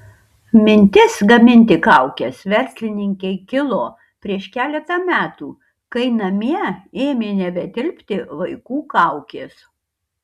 mintis gaminti kaukes verslininkei kilo prieš keletą metų kai namie ėmė nebetilpti vaikų kaukės